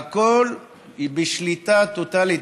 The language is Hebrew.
והכול בשליטה טוטלית.